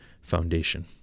foundation